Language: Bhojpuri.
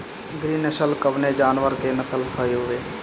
गिरी नश्ल कवने जानवर के नस्ल हयुवे?